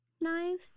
knives